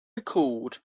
recalled